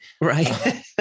Right